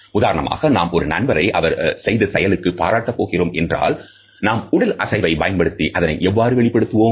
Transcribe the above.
உதாரணமாக நாம் ஒரு நண்பரை அவர் செய்த செயலுக்கு பாராட்ட போகிறோம் என்றால்நாம் உடல் அசைவை பயன்படுத்தி அதை எவ்வாறு வெளிப்படுத்துவோம்